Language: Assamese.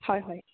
হয় হয়